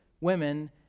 women